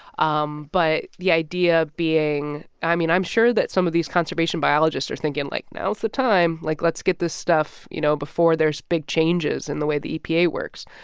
um but the idea being i mean, i'm sure that some of these conservation biologists are thinking, like, now's the time. like let's get this stuff, you know, before there's big changes in the way the epa works.